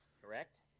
Correct